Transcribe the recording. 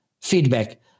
feedback